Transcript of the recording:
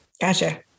Gotcha